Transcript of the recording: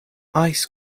ice